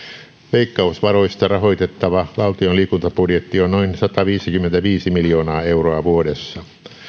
veikkausvaroista rahoitettava valtion liikuntabudjetti on noin sataviisikymmentäviisi miljoonaa euroa vuodessa